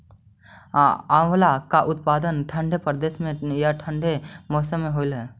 आंवला का उत्पादन ठंडे प्रदेश में या ठंडे मौसम में होव हई